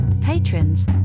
patrons